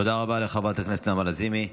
תודה רבה לחברת הכנסת נעמה לזימי.